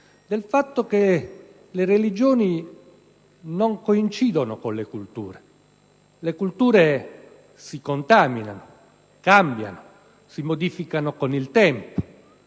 che le religioni non coincidono con le culture: le culture si contaminano, cambiano, si modificano con il tempo;